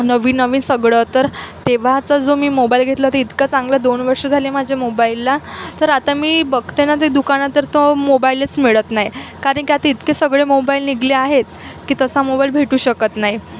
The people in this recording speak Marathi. नवीन नवीन सगळं तर तेव्हाचा जो मी मोबाईल घेतला होता इतका चांगला दोन वर्षं झाली माझ्या मोबाईलला तर आता मी बघते ना ते दुकानात तर तो मोबाईलच मिळत नाही कारण की आता इतके सगळे मोबाईल निघाले आहेत की तसा मोबाईल भेटू शकत नाही